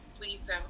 Please